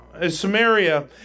Samaria